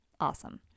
awesome